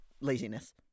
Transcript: laziness